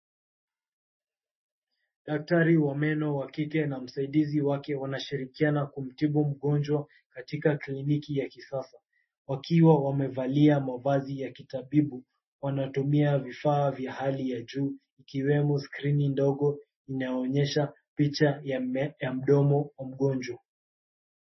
Daktari wa meno wa kike na msaidizi wake wanasaidiana kumtibu mgonjwa katika kliniki ya kisasa. Wakiwa wamevalia mavazi ya kitabibu, wanatumia vifaa vya hali ya juu ikiwemo skrini ndogo inayoonyesha picha ya mdomo wa mgonjwa.